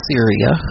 Syria